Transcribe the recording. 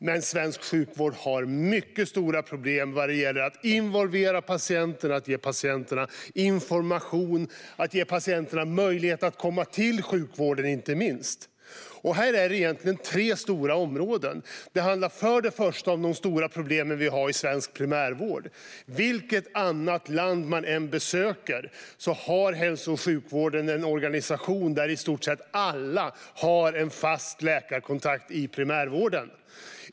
Men svensk sjukvård har mycket stora problem vad gäller att involvera patienter, vad gäller att ge patienter information och, inte minst, vad gäller att ge patienter möjlighet att komma till sjukvården. Här handlar det egentligen om tre stora områden. För det första har vi de stora problemen i svensk primärvård. Vilket annat land man än besöker ser man att hälso och sjukvården har en organisation där i stort sett alla har en fast läkarkontakt i primärvården.